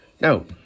No